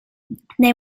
they